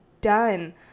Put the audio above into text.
done